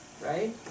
right